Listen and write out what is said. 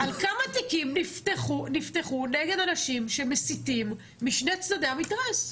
על כמה תיקים נפתחו נגד אנשים שהם מסיתים משני צדדי המתרס.